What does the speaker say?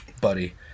Buddy